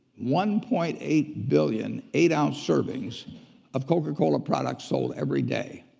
one point eight billion eight-ounce servings of coca-cola products sold every day.